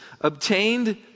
obtained